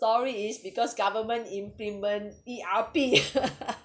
story is because government implement E_R_P